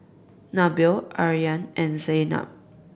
Nabil Aryan and Zaynab